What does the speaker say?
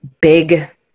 big